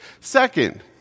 Second